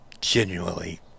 genuinely